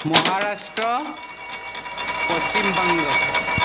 Maharashtra Paschimbanga